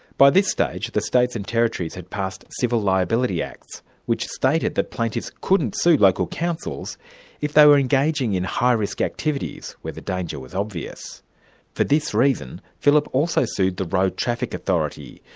by this stage the states and territories had passed civil liability acts which stated the plaintiffs couldn't sue local councils if they were engaging in high risk activities where the danger was obvious for this reason philip also sued the road traffic authority,